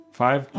five